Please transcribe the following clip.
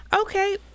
Okay